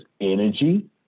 energy